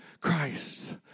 Christ